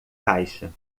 caixa